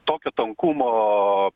tokio tankumo